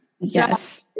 yes